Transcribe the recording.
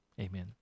Amen